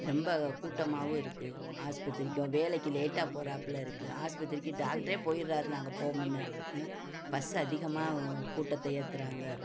ரொம்ப கூட்டமாகவும் இருக்குது ஆஸ்பத்திரிக்கோ வேலைக்கு லேட்டாக போகிறாப்புல இருக்குது ஆஸ்பத்திரிக்கு டாக்டரே போயிடுறாரு நாங்கள் போகும் முன்ன ஆ பஸ்ஸு அதிகமாகவும் கூட்டத்தை ஏத்துகிறாங்க